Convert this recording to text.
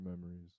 memories